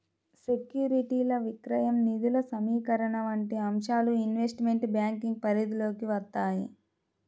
సెక్యూరిటీల విక్రయం, నిధుల సమీకరణ వంటి అంశాలు ఇన్వెస్ట్మెంట్ బ్యాంకింగ్ పరిధిలోకి వత్తాయి